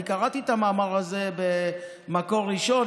אני קראתי את המאמר הזה במקור ראשון.